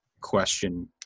question